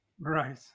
Right